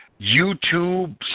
YouTube